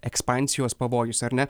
ekspansijos pavojus ar ne